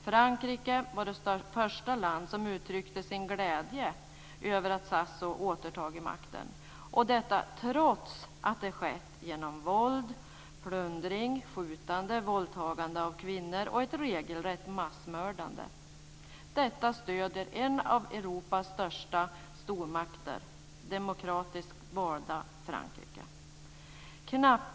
Frankrike var det första land som uttryckte sin glädje över att Sassou-Nguesso återtagit makten. Detta trots att det skett genom våld, plundring, skjutande, våldtagande av kvinnor och ett regelrätt massmördande. Detta stöder en av Europas största stormakter, den demokratiskt valda regeringen i Frankrike.